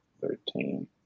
thirteen